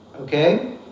okay